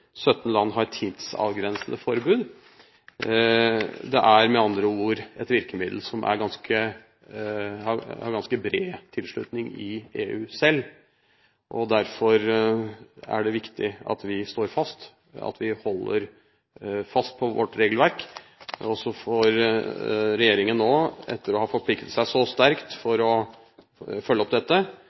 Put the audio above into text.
17 land har tidsavgrensede forbud. Det er med andre ord et virkemiddel som har ganske bred tilslutning i EU selv. Derfor er det viktig at vi står fast, at vi holder fast på vårt regelverk. Så får regjeringen nå, etter å ha forpliktet seg så sterkt til å følge opp dette,